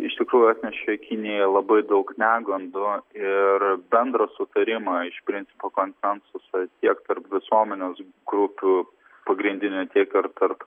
iš tikrųjų atnešė kinijai labai daug negandų ir bendro sutarimą iš principo konsensusą tiek tarp visuomenės grupių pagrindinių tiek ir tarp